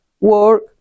work